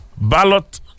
ballot